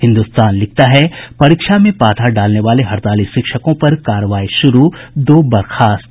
हिन्दुस्तान लिखता है परीक्षा में बाधा डालने वाले हड़ताली शिक्षकों पर कार्रवाई शुरू दो बर्खास्त